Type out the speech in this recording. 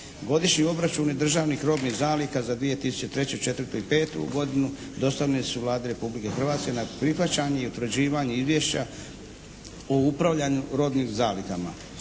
Godišnji obračuni državnih robnih zaliha za 2003., 2004. i 2005. godinu dostavljeni su Vladi Republike Hrvatske na prihvaćanje i utvrđivanje izvješća o upravljanju robnim zalihama,